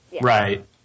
Right